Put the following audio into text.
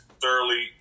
thoroughly